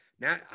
Now